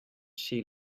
she